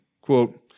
quote